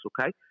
okay